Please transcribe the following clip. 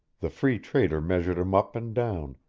the free trader measured him up and down,